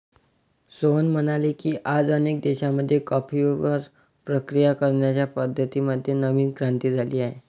सोहन म्हणाले की, आज अनेक देशांमध्ये कॉफीवर प्रक्रिया करण्याच्या पद्धतीं मध्ये नवीन क्रांती झाली आहे